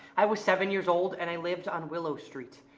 i was seven years old and i lived on willow street.